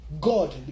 God